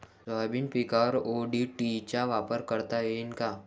Soybean पिकावर ODT चा वापर करता येईन का?